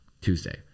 Tuesday